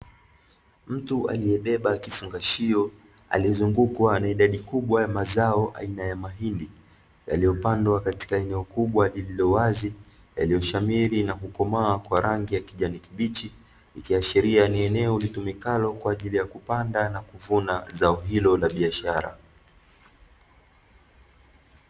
Mtu aliyebeba kifungashio, aliyezungukwa na idadi kubwa ya mazao aina ya mahindi, yaliyopandwa katika eneo kubwa lililo wazi; yaliyoshamiri na kukomaa kwa rangi ya kijani kibichi, ikiashiria ni eneo litumikalo kwa ajili ya kupanda na kuvuna zao hilo la biashara.